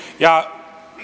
ja